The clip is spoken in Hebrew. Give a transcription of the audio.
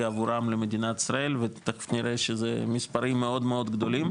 עבורם למדינת ישראל ותיכף נראה שזה מספרים מאוד גדולים,